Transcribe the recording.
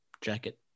jacket